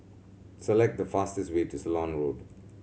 select the fastest way to Ceylon Road